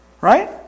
right